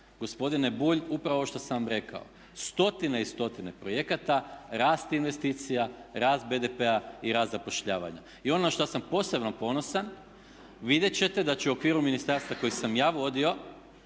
gospodine Bulj upravo ovo što sam vam rekao. Stotine i stotine projekata, rast investicija, rast BDP-a i rast zapošljavanja. I ono na što sam posebno ponosan vidjet ćete da će u okviru ministarstva koje sam ja vodio